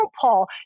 paul